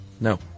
No